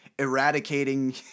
eradicating